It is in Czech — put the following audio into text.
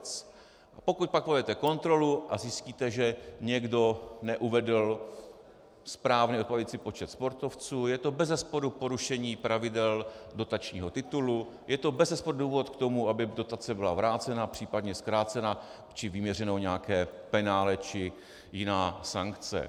A pokud pak provedete kontrolu a zjistíte, že někdo neuvedl správně odpovídající počet sportovců, je to bezesporu porušení pravidel dotačního titulu, je to bezesporu důvod k tomu, aby dotace byla vrácena, případně zkrácena či vyměřeno nějaké penále či jiná sankce.